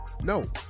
No